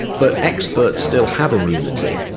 but experts still have immunity.